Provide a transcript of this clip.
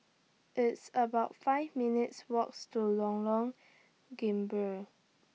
It's about five minutes' Walks to Lorong Gambir